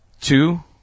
two